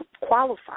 qualify